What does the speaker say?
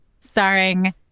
starring